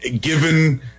given